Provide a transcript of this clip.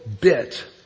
bit